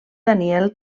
daniel